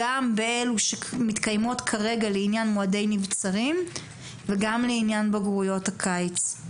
גם באלו שמתקיימות כרגע לעניין מועדי נבצרים וגם לעניין בגרויות הקיץ.